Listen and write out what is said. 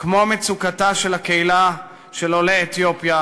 כמו מצוקתה של קהילת עולי אתיופיה,